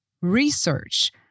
research